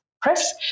press